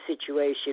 situation